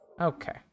okay